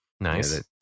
Nice